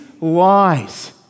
lies